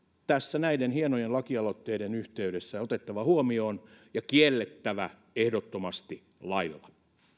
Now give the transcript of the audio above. tässä näiden hienojen lakialoitteiden yhteydessä otettava huomioon ja kiellettävä ehdottomasti lailla